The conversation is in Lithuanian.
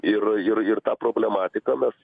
ir ir ir tą problematiką mes